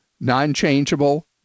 non-changeable